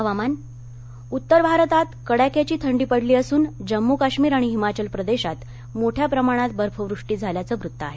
हवामान थंडी उत्तर भारतात कडाक्याची थंडी पडली असून जम्मू काश्मीर आणि हिमाचल प्रदेशात मोठ्या प्रमाणात बर्फवृष्टी झाल्याचं वृत्त आहे